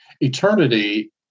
eternity